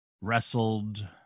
wrestled